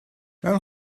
mewn